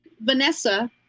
Vanessa